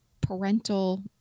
parental